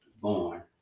born